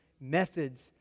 methods